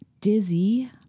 Dizzy